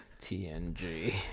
TNG